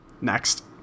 next